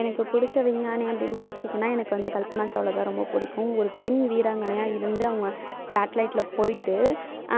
எனக்கு பிடிச்ச விஞ்ஞானி அப்படின் பார்த்திங்கனா எனக்கு வந்து கல்பனா சாவ்லாதான் ரொம்ப பிடிக்கும் ஒரு பெண் வீராங்கனையாக இருந்து அவங்க சாட்லைட்டில் போய்விட்டு